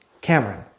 Cameron